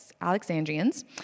Alexandrians